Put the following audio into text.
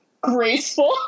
graceful